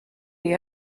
you